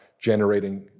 generating